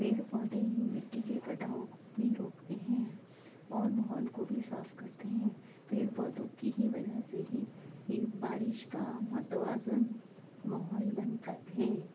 پیڑ پودے ہی مٹی کے کٹاؤ کو بھی روکتے ہیں اور ماحول کو بھی صاف کرتے ہیں پیڑ پودوں کی ہی وجہ سے ہی یہ بارش کا متوازن ماحول بنتا ہے